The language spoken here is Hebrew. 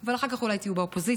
אבל אחר כך אולי תהיו באופוזיציה.